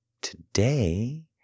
today